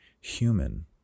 human